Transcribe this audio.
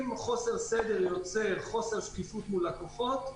אם חוסר סדר יוצר חוסר שקיפות מול לקוחות,